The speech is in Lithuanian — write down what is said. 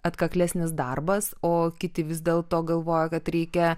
atkaklesnis darbas o kiti vis dėl to galvoja kad reikia